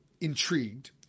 intrigued